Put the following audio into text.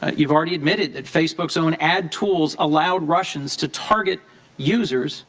ah you've already admitted that facebook's own ad tools allowed russians to target users,